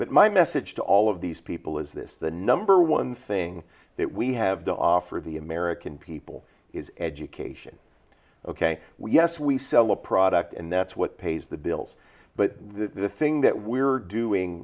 but my message to all of these people is this the number one thing that we have to offer the american people is education ok yes we sell a product and that's what pays the bills but the thing that we're doing